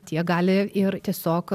tie gali ir tiesiog